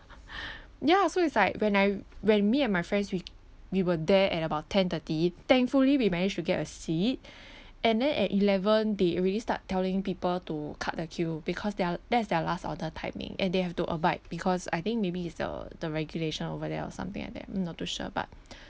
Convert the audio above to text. ya so it's like when I when me and my friends we we were there at about ten thirty thankfully we managed to get a seat and then at eleven they already start telling people to cut the queue because their that's their last order timing and they have to abide because I think maybe it's the the regulation over there or something like that mm not too sure but